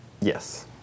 Yes